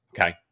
Okay